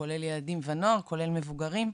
כולל ילדים ונוער ומבוגרים,